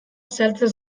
saltzen